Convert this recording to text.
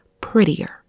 prettier